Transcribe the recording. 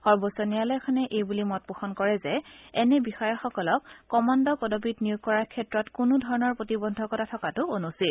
সৰ্বোচ্চ ন্যায়ালয়খনে এইবুলি মত পোষণ কৰে যে এনে বিষয়াসকলক কমাণ্ড পদৱীত নিয়োগ কৰাৰ ক্ষেত্ৰত কোনো ধৰণৰ প্ৰতিবন্ধকতা থকাটো অনুচিত